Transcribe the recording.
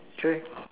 okay